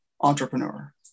entrepreneur